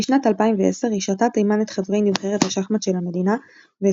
בשנת 2010 השעתה תימן את חברי נבחרת השחמט של המדינה ואת